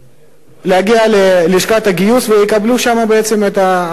להגיע ללשכת הגיוס ויקבלו שם בעצם את ההכוונה,